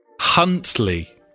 Huntley